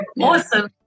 Awesome